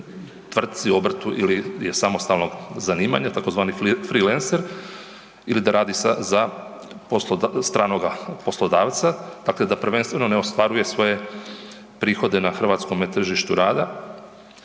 tvrtci, obrtu ili je samostalno zanimanje tzv. freelancer ili da radi za stranoga poslodavca, dakle da prvenstveno ne ostvaruje svoje prihode na hrvatskome tržištu rada